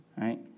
right